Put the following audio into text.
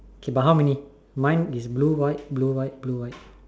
okay but how many mine is blue white blue white blue white